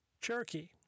Cherokee